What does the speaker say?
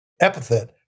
epithet